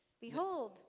Behold